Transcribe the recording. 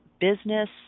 business